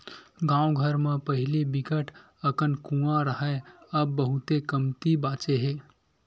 गाँव घर म पहिली बिकट अकन कुँआ राहय अब बहुते कमती बाचे हे